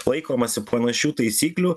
laikomasi panašių taisyklių